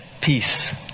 peace